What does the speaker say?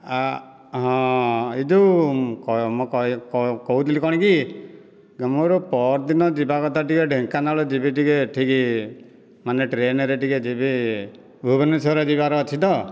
ଆ ହଁ ଏ ଯେଉଁ କହୁଥିଲି କ'ଣ କି ମୋର ପରଦିନ ଯିବାକଥା ଢେଙ୍କାନାଳ ଯିବି ଟିକିଏ ଏଠିକି ମାନେ ଟ୍ରେନରେ ଟିକିଏ ଯିବି ଭୁବନେଶ୍ୱର ଯିବାର ଅଛି ତ